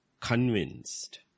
convinced